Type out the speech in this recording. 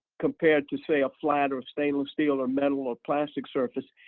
compared to say a flat or stainless steel or metal or plastic surface,